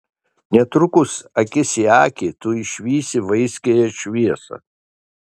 netrukus akis į akį tu išvysi vaiskiąją šviesą